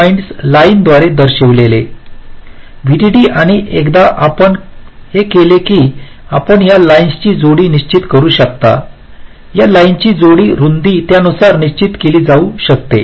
points line द्वारे दर्शविलेले VDD आणि एकदा आपण हे केले की आपण या लाईनची जाडी निश्चित करू शकता या लाईनची जाडी रुंदी त्यानुसार निश्चित केली जाऊ शकते